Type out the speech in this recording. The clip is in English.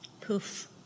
Poof